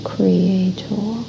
Creator